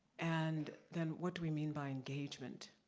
and then, what do we mean by engagement?